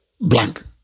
blank